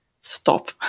stop